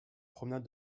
promenade